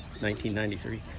1993